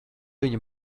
viņa